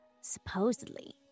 supposedly